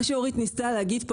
מה שאורית ניסתה להגיד פה,